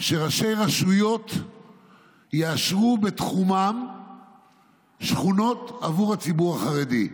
שראשי רשויות יאשרו בתחומם שכונות עבור הציבור החרדי.